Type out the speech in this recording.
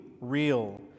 real